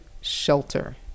shelter